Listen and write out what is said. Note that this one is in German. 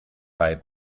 bei